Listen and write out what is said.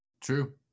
True